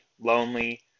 lonely